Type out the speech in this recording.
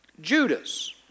Judas